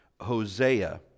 Hosea